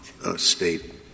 state